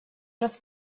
раз